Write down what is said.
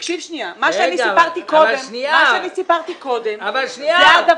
תקשיב שנייה, מה שסיפרתי קודם זה הדבר.